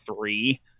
three